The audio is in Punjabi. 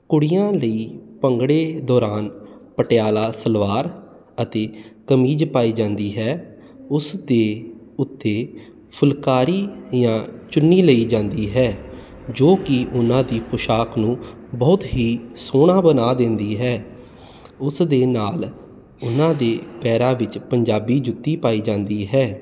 ਕੁੜੀਆਂ ਲਈ ਭੰਗੜੇ ਦੌਰਾਨ ਪਟਿਆਲਾ ਸਲਵਾਰ ਅਤੇ ਕਮੀਜ ਪਾਈ ਜਾਂਦੀ ਹੈ ਉਸ ਦੇ ਉੱਤੇ ਫੁਲਕਾਰੀ ਜਾਂ ਚੁੰਨੀ ਲਈ ਜਾਂਦੀ ਹੈ ਜੋ ਕਿ ਉਹਨਾਂ ਦੀ ਪੋਸ਼ਾਕ ਨੂੰ ਬਹੁਤ ਹੀ ਸੋਹਣਾ ਬਣਾ ਦਿੰਦੀ ਹੈ ਉਸ ਦੇ ਨਾਲ ਉਹਨਾਂ ਦੀ ਪੈਰਾਂ ਵਿੱਚ ਪੰਜਾਬੀ ਜੁੱਤੀ ਪਾਈ ਜਾਂਦੀ ਹੈ